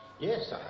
Yes